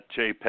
JPEG